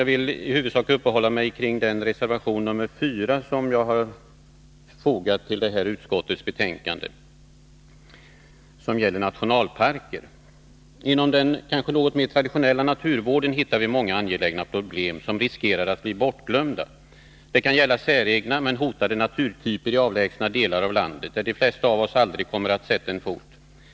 Jag skall i huvudsak uppehålla mig vid reservation 4, som jag har fogat till utskottets betänkande och som gäller nationalparker. Inom den kanske något mer traditionella naturvården hittar vi många angelägna problem som riskerar att bli bortglömda. Det kan gälla säregna men hotade naturtyper i avlägsna delar av landet, där de flesta av oss aldrig kommer att sätta en fot.